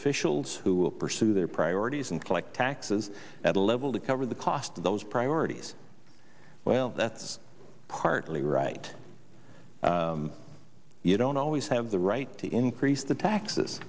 officials who will pursue their priorities and collect taxes at a level to cover the cost of those priorities well that's partly right you don't always have the right to increase the taxes